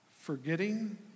forgetting